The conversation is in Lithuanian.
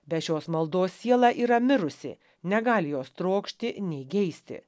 be šios maldos siela yra mirusi negali jos trokšti nei geisti